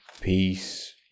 peace